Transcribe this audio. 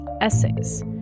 essays